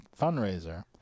fundraiser